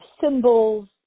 symbols